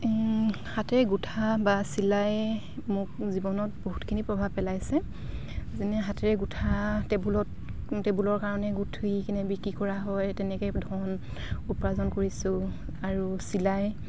হাতেৰে গোঁঠা বা চিলায়ে মোক জীৱনত বহুতখিনি প্ৰভাৱ পেলাইছে যেনে হাতেৰে গোঁঠা টেবুলত টেবুলৰ কাৰণে গুঠি কিনে বিক্ৰী কৰা হয় তেনেকৈয়ে ধন উপাৰ্জন কৰিছোঁ আৰু চিলাই